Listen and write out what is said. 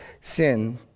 sin